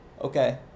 Okay